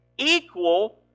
equal